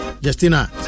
Justina